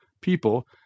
people